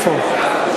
איפה?